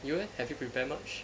you eh have you prepared much